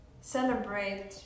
celebrate